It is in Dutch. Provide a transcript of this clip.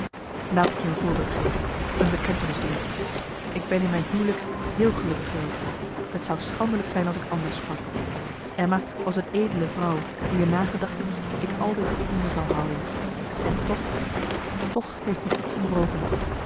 laat ik je een voorbeeld geven een bekentenis doen ik ben in mijn huwelijk heel gelukkig geweest het zou schandelijk zijn als ik anders sprak emma was een edele vrouw wier nagedachtenis ik altijd in eere zal houden en toch toch heeft me iets